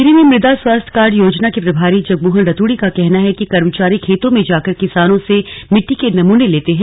टिहरी में मृदा स्वास्थ्य कार्ड योजना के प्रभारी जगमोहन रतूड़ी का कहना है कि कर्मचारी खेतों में जाकर किसानों से मिट्टी के नमूने लेते हैं